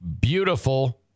beautiful